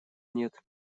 нет